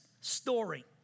story